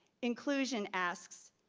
inclusion asks,